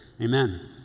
Amen